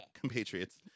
compatriots